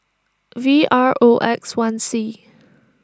V R O X one C